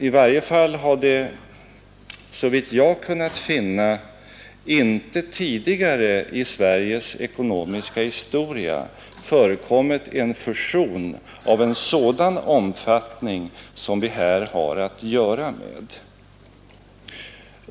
I varje fall har det såvitt jag kunnat finna inte tidigare i Sveriges ekonomiska historia förekommit en fusion av en sådan omfattning som den vi här har att göra med.